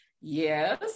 yes